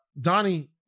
Donnie